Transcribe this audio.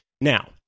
Now